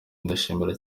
ndashimira